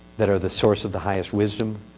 that are the source of the highest wisdom.